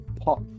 pop